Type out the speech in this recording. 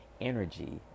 energy